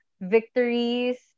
victories